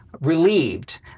relieved